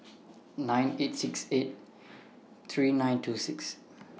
nine eight six eight three nine two six